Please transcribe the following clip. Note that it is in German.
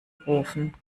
rufen